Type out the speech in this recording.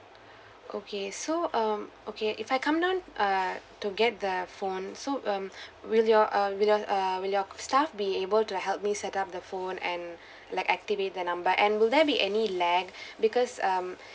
okay so um okay if I come down err to get the phone so um will your uh will your err will your staff be able to help me set up the phone and like activate the number and will there be any lag because um